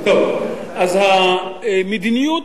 אז המדיניות